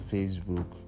Facebook